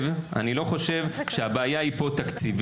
שב-13:00 הסייעת הולכת.)